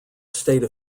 state